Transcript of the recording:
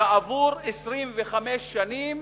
כעבור 25 שנים,